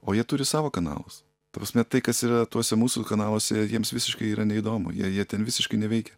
o jie turi savo kanalus ta prasme tai kas yra tuose mūsų kanaluose jiems visiškai yra neįdomu jie jie ten visiškai neveikia